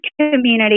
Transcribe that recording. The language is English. community